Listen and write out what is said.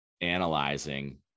analyzing